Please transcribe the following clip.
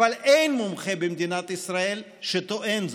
אבל אין מומחה במדינת ישראל שטוען זאת.